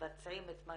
מבצעים את מה